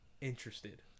interested